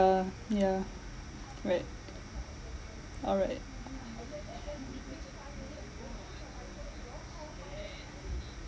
yeah right alright